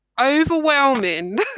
overwhelming